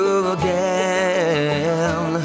again